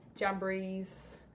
Jamborees